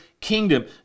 kingdom